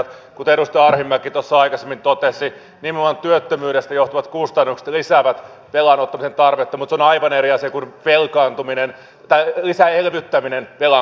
kuten edustaja arhinmäki tuossa aikaisemmin totesi nimenomaan työttömyydestä johtuvat kustannukset lisäävät velan ottamisen tarvetta mutta se on aivan eri asia kuin lisäelvyttäminen velan kautta